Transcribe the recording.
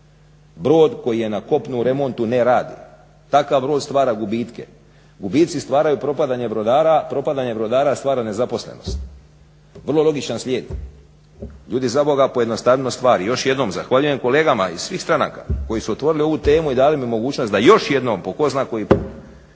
Brod koji je na kopnu u remontu ne radi. Takav brod stvara gubitke. Gubici stvaraju propadanje brodara, a propadanje brodara stvara nezaposlenost. Vrlo logičan slijed. Ljudi za boga pojednostavnimo stvari! Još jednom zahvaljujem kolegama iz svih stranaka koji su otvorili ovu temu i dali mi mogućnost da još jednom po tko zna koji put